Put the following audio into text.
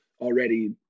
already